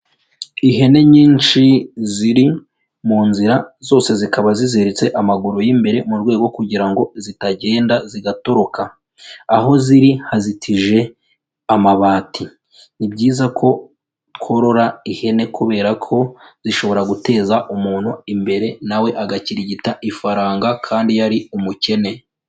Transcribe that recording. Ihene nyinshi ziri mu nzira, zose zikaba zizitse amaguru y'imbere mu rwego kugira ngo zitagenda zigatoroka. Aho ziri hazitije amabati. Ni byiza ko tworora ihene kubera ko zishobora guteza umuntu imbere nawe agakirigita ifaranga kandi yari umukene.